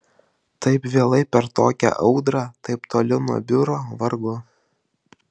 taip vėlai per tokią audrą taip toli nuo biuro vargu